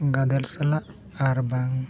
ᱜᱟᱫᱮᱞ ᱥᱟᱞᱟᱜ ᱟᱨ ᱵᱟᱝ